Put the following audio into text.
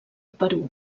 perú